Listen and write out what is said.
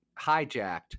hijacked